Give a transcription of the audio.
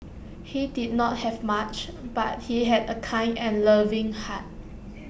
he did not have much but he had A kind and loving heart